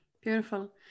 beautiful